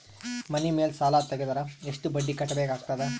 ಮನಿ ಮೇಲ್ ಸಾಲ ತೆಗೆದರ ಎಷ್ಟ ಬಡ್ಡಿ ಕಟ್ಟಬೇಕಾಗತದ?